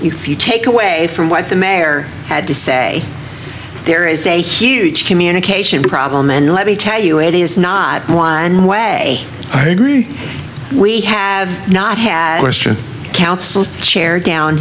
if you take away from what the mayor had to say there is a huge communication problem and let me tell you it is not one way i agree we have not had question councils share down